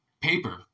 paper